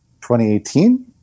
2018